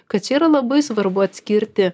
kad čia yra labai svarbu atskirti